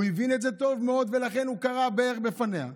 הוא הבין את זה טוב מאוד, ולכן הוא כרע ברך בפניה.